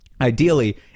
ideally